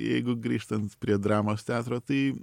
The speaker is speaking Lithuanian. jeigu grįžtant prie dramos teatro tai